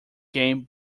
game